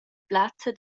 plazza